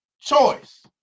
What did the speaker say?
choice